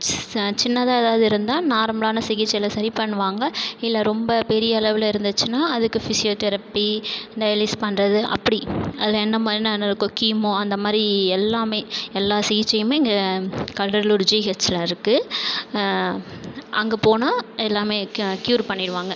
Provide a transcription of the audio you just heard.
ச சின்னதாக ஏதாவது இருந்தால் நார்மலான சிகிச்சையில் சரி பண்ணுவாங்கள் இல்லை ரொம்ப பெரிய அளவில் இருந்துச்சுன்னா அதுக்கு ஃபிஸியோதெரப்பி இந்த எலிஸ் பண்ணுறது அப்படி அதில் எந்த மாதிரின்னா என்ன இருக்கோ கீமோ அந்தமாதிரி எல்லாமே எல்லா சிகிச்சையுமே இங்கே கடலூர் ஜிஹச்சில் இருக்குது அங்கே எல்லாமே க்யோர் க்யூர் பண்ணிடுவாங்கள்